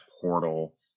portal